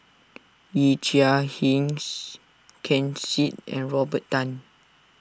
Yee Chia Hsing Ken Seet and Robert Tan